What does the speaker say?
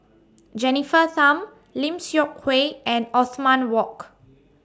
Jennifer Tham Lim Seok Hui and Othman Wok